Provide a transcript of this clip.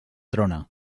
trona